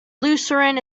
lucerne